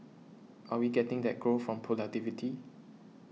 are we getting that growth from productivity